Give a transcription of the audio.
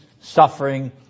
suffering